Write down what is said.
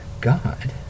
God